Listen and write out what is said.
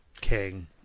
king